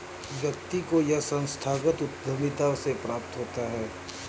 व्यक्ति को यह संस्थागत उद्धमिता से प्राप्त होता है